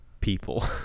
people